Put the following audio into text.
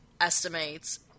estimates